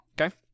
Okay